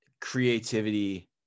creativity